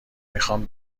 میخوام